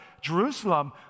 Jerusalem